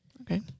Okay